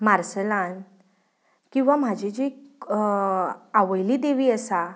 मार्सेलांत किंवां म्हजी जी आवयली देवी आसा